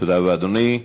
תודה רבה, אדוני.